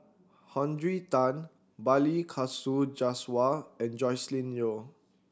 Henry Tan Balli Kaur Jaswal and Joscelin Yeo